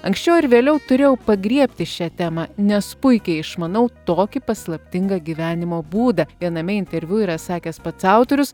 anksčiau ar vėliau turėjau pagriebti šią temą nes puikiai išmanau tokį paslaptingą gyvenimo būdą viename interviu yra sakęs pats autorius